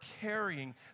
carrying